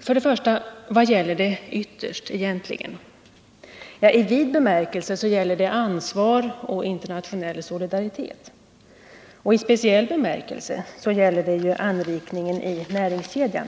För det första: Vad gäller det egentligen ytterst? I vid bemärkelse gäller det ansvar och internationell solidaritet, och i speciell bemärkelse gäller det anrikningen i näringskedjan.